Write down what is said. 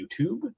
YouTube